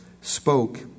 spoke